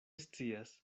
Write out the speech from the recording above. scias